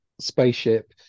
spaceship